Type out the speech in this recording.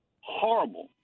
horrible